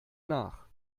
nach